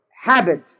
habit